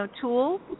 tools